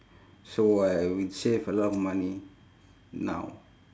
so I would save a lot of money now